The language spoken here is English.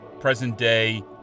present-day